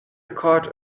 quart